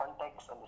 context